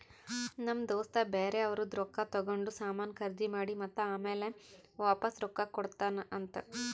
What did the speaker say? ನಮ್ ದೋಸ್ತ ಬ್ಯಾರೆ ಅವ್ರದ್ ರೊಕ್ಕಾ ತಗೊಂಡ್ ಸಾಮಾನ್ ಖರ್ದಿ ಮಾಡಿ ಮತ್ತ ಆಮ್ಯಾಲ ವಾಪಾಸ್ ರೊಕ್ಕಾ ಕೊಡ್ತಾನ್ ಅಂತ್